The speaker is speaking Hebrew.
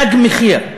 "תג מחיר".